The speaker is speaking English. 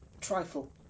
trifle